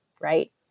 Right